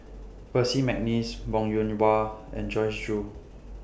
Percy Mcneice Wong Yoon Wah and Joyce Jue